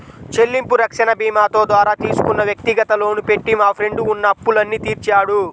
చెల్లింపు రక్షణ భీమాతో ద్వారా తీసుకున్న వ్యక్తిగత లోను పెట్టి మా ఫ్రెండు ఉన్న అప్పులన్నీ తీర్చాడు